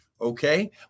Okay